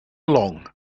along